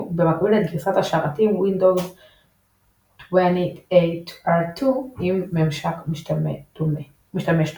ובמקביל את גרסת השרתים Windows 2008 R2 עם ממשק משתמש דומה.